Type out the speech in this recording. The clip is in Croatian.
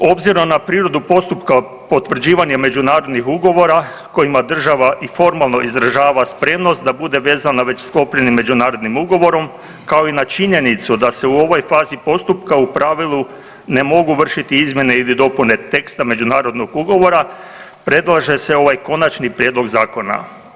S obzirom na prirodu postupka potvrđivanje međunarodnih ugovora, kojima država i formalno izražava spremnost da bude vezana već sklopljenim međunarodnim ugovorom, kao i na činjenicu da se u ovoj fazi postupka u pravilu ne mogu vršiti izmjene ili dopune teksta međunarodnog ugovora, predlaže se ovaj Konačni prijedlog zakona.